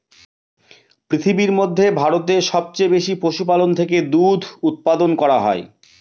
পৃথিবীর মধ্যে ভারতে সবচেয়ে বেশি পশুপালন থেকে দুধ উপাদান করা হয়